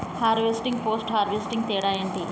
Harvesting, post harvesting తేడా ఏంటి?